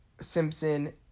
Simpson